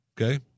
okay